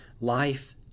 Life